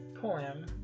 poem